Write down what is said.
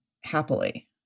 happily